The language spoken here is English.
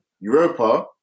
Europa